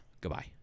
goodbye